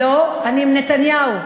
לא, אני עם נתניהו.